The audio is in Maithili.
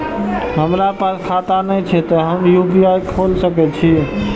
हमरा पास खाता ने छे ते हम यू.पी.आई खोल सके छिए?